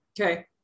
Okay